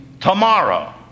tomorrow